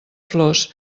flors